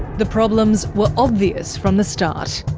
the problems were obvious from the start.